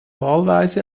wahlweise